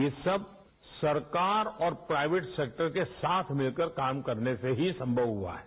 ये सब सरकार और प्राइवेट सेक्टरर के साथ मिलकर काम करने से ही संभव हुआ है